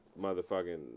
motherfucking